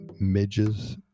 midges